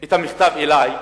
את המכתב אלי.